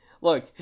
look